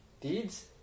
deeds